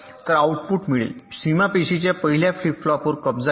तर आऊटपुट मिळेल सीमा पेशींच्या पहिल्या फ्लिप फ्लॉपवर कब्जा केला